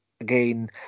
again